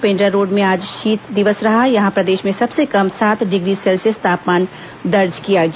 पेंड्रा रोड में आज शीत दिवस रहा यहां प्रदेश में सबसे कम सात डिग्री सेल्सियस तापमान दर्ज किया गया